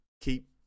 keep